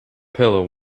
pillow